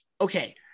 okay